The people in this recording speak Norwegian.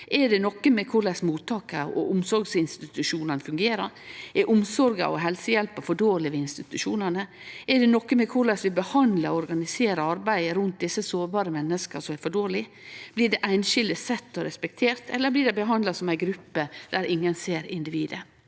å gjere med korleis mottaka og omsorgsinstitusjonane fungerer? Er omsorga og helsehjelpa for dårleg ved institusjonane? Er det noko rundt korleis vi behandlar og organiserer arbeidet rundt desse sårbare menneska, som er for dårleg? Blir dei einskilde sett og respekterte, eller blir dei behandla som éi gruppe, der ingen ser individet?